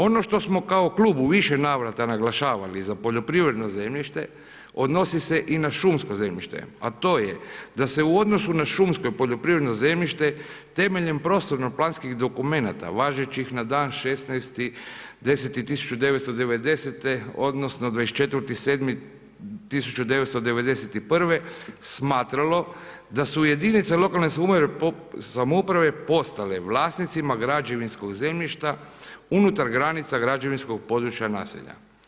Ono što smo kao klub u više navrata naglašavali za poljoprivredno zemljište odnosi se i na šumsko zemljište a to je da se u odnosu na šumsko i poljoprivredno zemljište temeljem prostorno planskih dokumenata važećih na dan 16.10.1990. odnosno 24.07.1991. smatralo da su jedinice lokalne samouprave postale vlasnicima građevinskog zemljišta unutar granica građevinskog područja naselja.